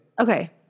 Okay